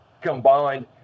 combined